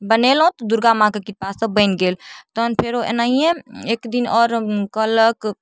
बनेलहुँ दुर्गा माँके कृपासँ बनि गेल तहन फेरो एनाहिए एकदिन आओर कहलक